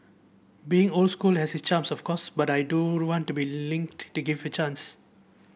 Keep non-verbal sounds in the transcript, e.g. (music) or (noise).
being old school has its charms of course but I do (unintelligible) want to be linked to give the chance